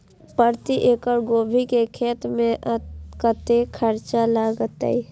प्रति एकड़ गोभी के खेत में कतेक खर्चा लगते?